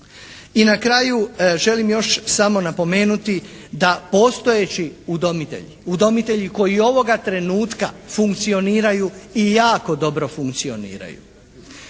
I na kraju želim još samo napomenuti da postojeći udomitelji, udomitelji koji ovoga trenutka funkcioniraju i jako dobro funkcioniraju.